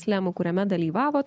slemų kuriame dalyvavot